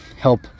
help